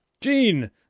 Jean